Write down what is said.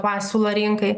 pasiūlą rinkai